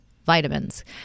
vitamins